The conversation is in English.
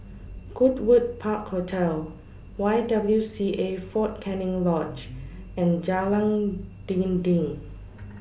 Goodwood Park Hotel Y W C A Fort Canning Lodge and Jalan Dinding